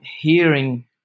hearing